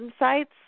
insights